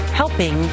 helping